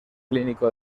clínico